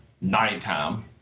nighttime